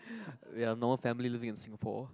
we are normal family living in Singapore